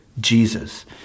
Jesus